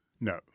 No